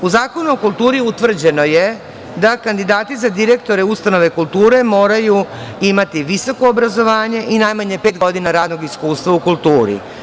U Zakonu o kulturi utvrđeno je da kandidati za direktore ustanove kulture moraju imati visoko obrazovanje i najmanje pet godina radnog iskustva u kulturi.